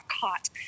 caught